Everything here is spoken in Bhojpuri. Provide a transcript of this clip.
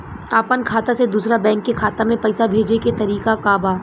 अपना खाता से दूसरा बैंक के खाता में पैसा भेजे के तरीका का बा?